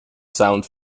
silent